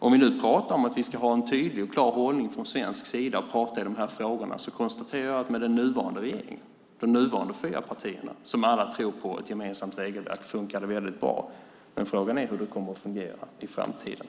Om vi nu pratar om att vi ska ha en tydlig och klar hållning från svensk sida i de här frågorna konstaterar jag att med den nuvarande regeringen och de nuvarande fyra partierna, som alla tror på ett gemensamt regelverk, funkar det väldigt bra. Men frågan är hur det kommer att fungera i framtiden.